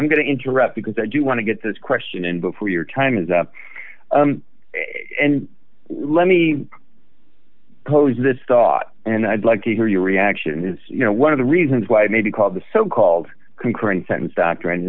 i'm going to interrupt because i do want to get this question in before your time is up and let me pose this thought and i'd like to hear your reaction is you know one of the reasons why i may be called the so called concurrent sentence doctrine